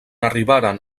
arribaren